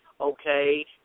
okay